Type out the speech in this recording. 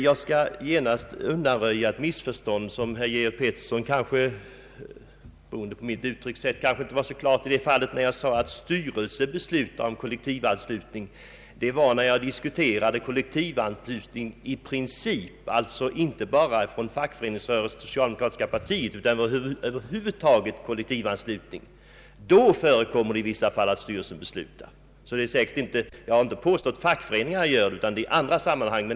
Jag vill genast undanröja ett missförstånd hos herr Georg Pettersson; det kanske berodde på att mitt uttryckssätt inte var så klart då jag sade, att en styrelse beslutar om kollektivanslutning. Detta var då jag diskuterade kollektivanslutning i princip, alltså inte bara kollektivanslutning från fackföreningsrörelsen till socialdemokratiska partiet utan kollektivanslutning över huvud taget. Då förekommer det i vissa fall att styrelsen beslutar. Jag har inte påstått att fackföreningsstyrelserna gör det, utan jag tänkte på andra sammanhang.